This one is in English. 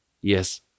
Yes